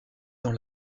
dans